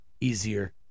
easier